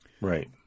Right